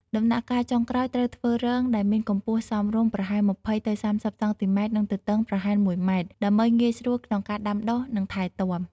ដំណាក់កាលចុងក្រោយត្រូវធ្វើរងដែលមានកម្ពស់សមរម្យ ប្រហែល ២០ ទៅ ៣០ សង់ទីម៉ែត្រ និងទទឹងប្រហែល ១ ម៉ែត្រ ដើម្បីងាយស្រួលក្នុងការដាំដុះ និងថែទាំ។